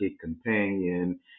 companion